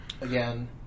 again